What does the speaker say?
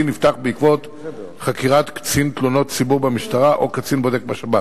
נפתח בעקבות חקירת קצין תלונות ציבור במשטרה או קצין בודק בשב"ס,